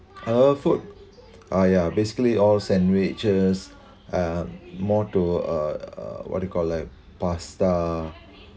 uh food !aiya! basically all sandwiches uh more to uh what do you call like pasta